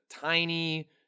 tiny